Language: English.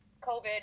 COVID